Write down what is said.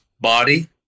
body